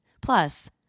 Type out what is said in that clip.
Plus